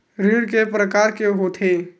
ऋण के प्रकार के होथे?